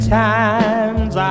times